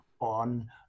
on